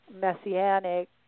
Messianic